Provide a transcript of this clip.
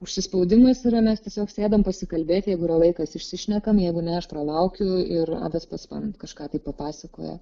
užsispaudimas yra mes tiesiog sėdam pasikalbėti jeigu yra laikas išsišnekam jeigu ne aš pralaukiu ir tas pats man kažką tai papasakoja